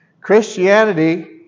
Christianity